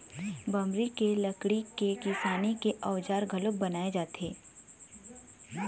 बमरी के लकड़ी के किसानी के अउजार घलोक बनाए जाथे